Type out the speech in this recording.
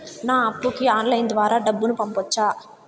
నా అప్పుకి ఆన్లైన్ ద్వారా డబ్బును పంపొచ్చా